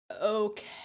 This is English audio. okay